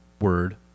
word